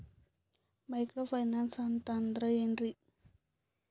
Micro finance ಅಂತಂದ್ರ ಏನ್ರೀ?